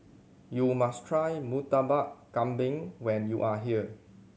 you must try Murtabak Kambing when you are here